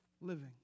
living